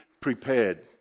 prepared